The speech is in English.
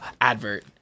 advert